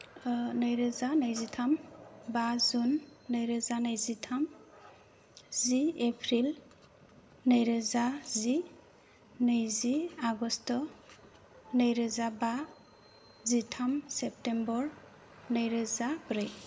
नैरोजा नैजिथाम बा जुन नैरोजा नैजिथाम जि एप्रिल नैरोजाजि नैजि आगष्ट नैरोजाबा जिथाम सेप्तेम्बर नैरोजाब्रै